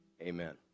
Amen